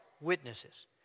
Witnesses